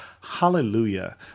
Hallelujah